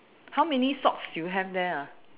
how many socks you have there ah